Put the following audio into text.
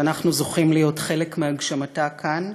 שאנחנו זוכים להיות חלק מהגשמתה כאן.